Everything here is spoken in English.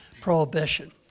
Prohibition